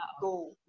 go